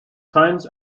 times